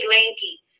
lanky